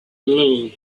little